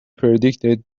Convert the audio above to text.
predicted